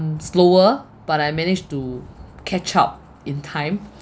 slower but I managed to catch up in time